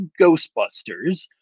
Ghostbusters